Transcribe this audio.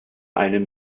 einem